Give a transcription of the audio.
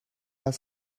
are